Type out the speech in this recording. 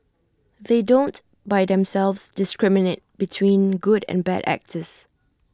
they don't by themselves discriminate between good and bad actors